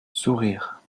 sourires